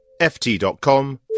ft.com